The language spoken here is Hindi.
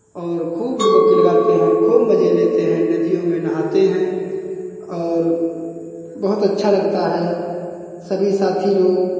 और खूब डुबक्की लगाते हैं खूब मज़े लेते हैं नदियों में नहाते हैं और बहुत अच्छा लगता है सभी साथी लोग